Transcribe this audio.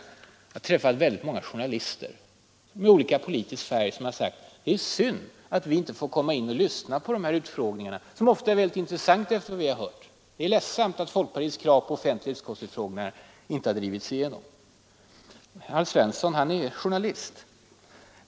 Jag har träffat många journalister med olika politisk färg som har sagt att det är synd att de inte får lyssna på dessa utfrågningar som, efter vad de har hört, ibland är mycket intressanta. Det är ledsamt att folkpartiets krav på offentliga utskottsutfrågningar inte har drivits igenom, menar de. Herr Svensson är journalist.